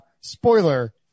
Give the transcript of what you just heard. spoiler